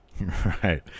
Right